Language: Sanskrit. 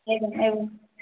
एवम् एवं